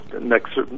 next